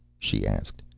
she asked.